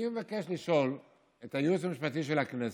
אני מבקש לשאול את הייעוץ המשפטי של הכנסת.